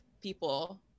people